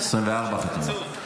24 חתימות.